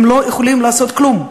הם לא יכולים לעשות כלום.